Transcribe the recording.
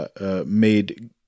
made